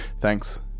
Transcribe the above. Thanks